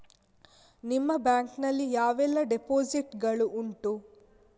ನಿಮ್ಮ ಬ್ಯಾಂಕ್ ನಲ್ಲಿ ಯಾವೆಲ್ಲ ಡೆಪೋಸಿಟ್ ಗಳು ಉಂಟು?